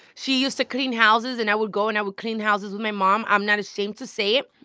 she used to clean houses. and i would go. and i would clean houses with my mom. i'm not ashamed to say it.